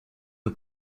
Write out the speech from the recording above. peu